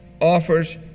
offers